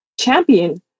champion